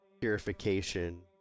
purification